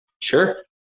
Sure